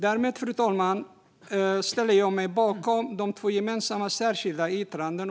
Därmed ställer jag mig bakom de två gemensamma särskilda yttrandena.